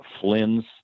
Flynn's